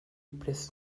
пресс